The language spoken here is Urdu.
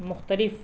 مختلف